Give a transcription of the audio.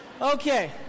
Okay